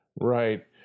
right